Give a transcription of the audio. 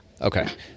Okay